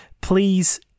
please